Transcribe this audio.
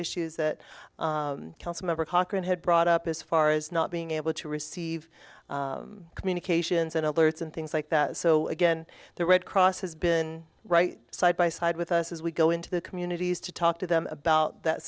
issues that council member cochran had brought up as far as not being able to receive communications and alerts and things like that so again the red cross has been right side by side with us as we go into the communities to talk to them about th